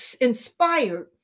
inspired